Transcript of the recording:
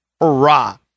hurrah